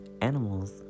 Animals